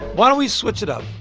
why don't we switch it up?